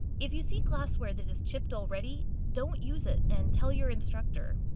if you see glassware that is chipped already, don't use it and tell your instructor.